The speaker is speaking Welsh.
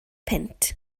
punt